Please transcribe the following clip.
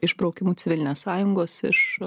išbraukimu civilinės sąjungos iš